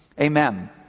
Amen